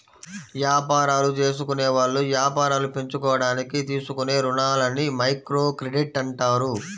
యాపారాలు జేసుకునేవాళ్ళు యాపారాలు పెంచుకోడానికి తీసుకునే రుణాలని మైక్రోక్రెడిట్ అంటారు